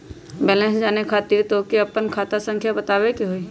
Balance जाने खातिर तोह के आपन खाता संख्या बतावे के होइ?